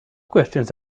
questions